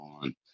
on